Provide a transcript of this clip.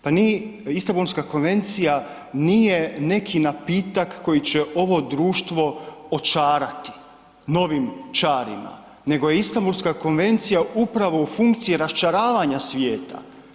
Pa nije, Istanbulska konvencija nije neki napitak koji će ovo društvo očarati novim čarima nego je Istanbulska konvencija upravo u funkciji raščaravanja svijeta.